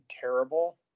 terrible